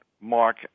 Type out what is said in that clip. Mark